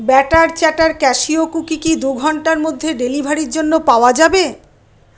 batter chatter cashew cookie কি দুই ঘন্টার মধ্যে ডেলিভারির জন্য পাওয়া যাবে